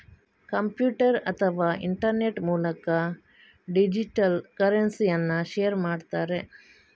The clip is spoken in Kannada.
ಕಂಪ್ಯೂಟರ್ ಅಥವಾ ಇಂಟರ್ನೆಟ್ ಮೂಲಕ ಡಿಜಿಟಲ್ ಕರೆನ್ಸಿಯನ್ನ ಶೇರ್ ಮಾಡ್ತಾರೆ